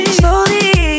slowly